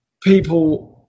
people –